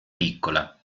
piccola